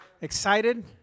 Excited